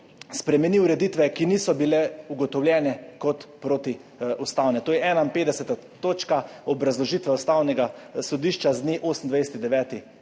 spremeni ureditve, ki niso bile ugotovljene kot protiustavne. To je 51. točka obrazložitve Ustavnega sodišča z dne 28.